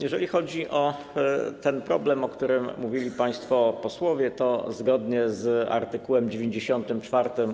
Jeżeli chodzi o ten problem, o którym mówili państwo posłowie, to zgodnie z art. 94